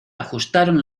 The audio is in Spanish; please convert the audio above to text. ajustaron